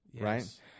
right